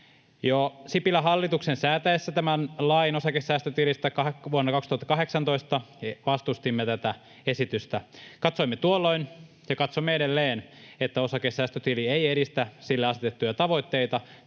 Sipilän hallituksen säätäessä tämän lain osakesäästötilistä vuonna 2018 vastustimme tätä esitystä. Katsoimme tuolloin ja katsomme edelleen, että osakesäästötili ei edistä sille asetettuja tavoitteita